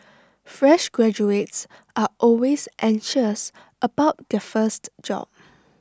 fresh graduates are always anxious about their first job